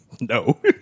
No